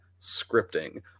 scripting